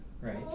Right